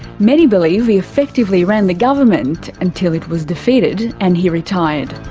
many believe he affectively ran the government until it was defeated and he retired.